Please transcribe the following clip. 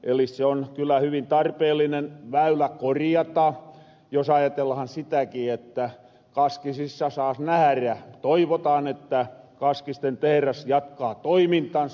eli se on kyllä hyvin tarpeellinen väylä korjata jos ajatellahan sitäki että kaskisissa saas nähärä toivotaan niin tehras jatkaa toimintaansa